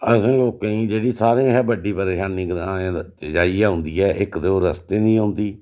असें लोकें गी जेह्ड़ी सारें शा बड्डी परेशानी ग्राएं च जाइयै इयै औंदी ऐ इक ते ओह् रस्तें दी औंदी